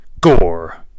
Gore